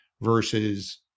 versus